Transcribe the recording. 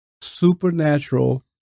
Supernatural